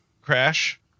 crash